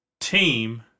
team